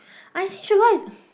I see sugar is